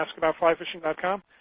askaboutflyfishing.com